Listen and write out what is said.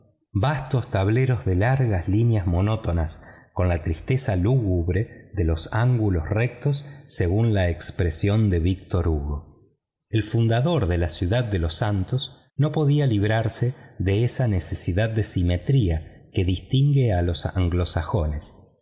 vastos tableros de largas líneas monótonas con la tristeza lúgubre de los ángulos rectos según la expresión de víctor hugo el fundador de la ciudad de los santos no podía librarse de esa necesidad de simetría que distingue a los anglosajones